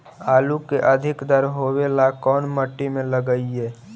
आलू के अधिक दर होवे ला कोन मट्टी में लगीईऐ?